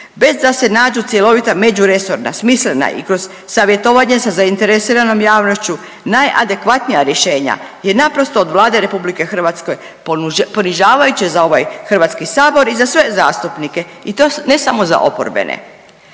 bez da se nađu cjelovita međuresorna, smislena i kroz savjetovanje sa zainteresiranom javnošću najadekvatnija rješenja je naprosto od Vlade RH ponižavajuće za ovaj HS i za sve zastupnike i to ne samo za oporbene.